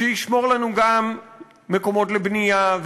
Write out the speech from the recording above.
שישמור לנו גם מקומות לבנייה,